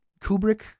Kubrick